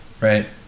Right